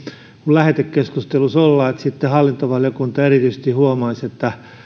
kun lähetekeskustelussa ollaan että hallintovaliokunta erityisesti huomaisi että